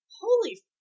holy